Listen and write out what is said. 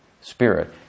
spirit